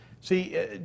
See